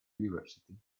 university